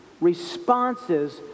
responses